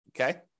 okay